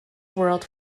world